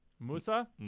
Musa